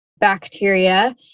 bacteria